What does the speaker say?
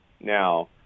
now